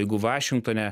jeigu vašingtone